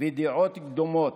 ודעות קדומות.